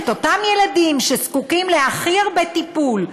אותם ילדים שזקוקים להכי הרבה טיפול,